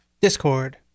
Discord